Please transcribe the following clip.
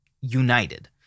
united